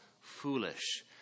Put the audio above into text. foolish